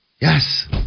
Yes